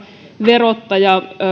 verottaja